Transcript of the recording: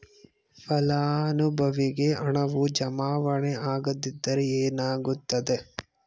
ಫಲಾನುಭವಿಗೆ ಹಣವು ಜಮಾವಣೆ ಆಗದಿದ್ದರೆ ಏನಾಗುತ್ತದೆ?